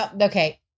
Okay